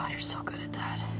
ah you're so good at that.